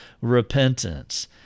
repentance